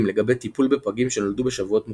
לגבי טיפול בפגים שנולדו בשבועות מוקדמים.